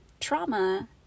Trauma